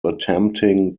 attempting